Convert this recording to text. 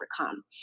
overcome